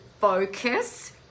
focus